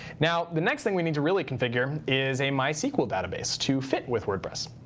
now, the next thing we need to really configure is a mysql database to fit with wordpress.